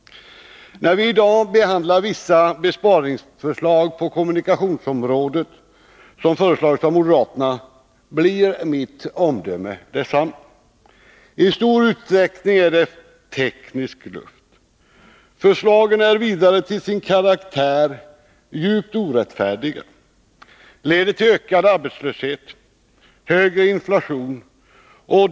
När vi i dag behandlar frågan om vissa besparingar på kommunikationsområdet, som föreslagits av moderaterna, blir mitt omdöme detsamma. I stor utsträckning är det teknisk luft. Förslagen är vidare till sin karaktär djupt orättfärdiga och leder till ökad arbetslöshet och högre inflation.